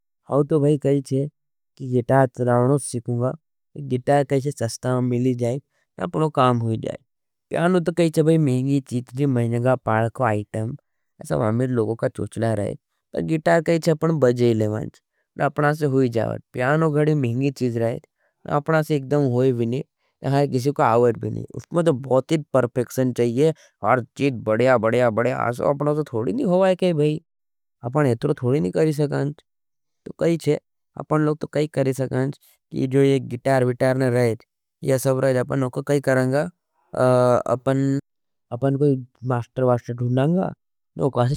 अवतो भाई कही छे, कि गिटार त्रावनो शिकूँगा। गिटार कही छे सस्ता में मिली जाए। न अपनो काम हुई जाए। पयानो तक कही छे भाई महिंगी चीज़ जी महिंगा पालको आइटम। अमीर लोगो का चुछला रहे। गिटार कही छे अपनो बज़े ले मांच। न अपनासे हुई जाए। प्यानो गड़ी महिंगी चीज़ रहे, न अपनासे एकड़म होई भी नहीं। न हर किसी को आवर भी नहीं। वा तो बहुत ही परफेक्शन चाहिए। हर चीज भड़िया भड़िया थोड़ी ना होवे भाई। अपन इतना थोड़ी ना करत सकत। तो कई छे अपन लोग तो करात स्केंच। की यह जो गिटार विटर जो नी लाई। ये सब आप तब करूँगा। अपन मास्टर वेस्टर बन जाँगो